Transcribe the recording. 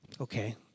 okay